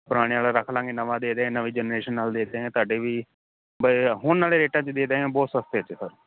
ਪੁਰਾਣੇ ਵਾਲਾ ਰੱਖ ਲਵਾਂਗੇ ਨਵਾਂ ਦੇ ਦਿਆਂਗੇ ਨਵੀਂ ਜਨਰੇਸ਼ਨ ਨਾਲ ਦੇ ਦਿਆਂਗੇ ਤੁਹਾਡੇ ਵੀ ਬੜੇ ਨਾਲੇ ਹੁਣ ਆਲੇ ਰੇਟਾਂ 'ਚ ਦੇ ਦਿਆਂਗੇ ਬਹੁਤ ਸਸਤੇ 'ਚ ਸਰ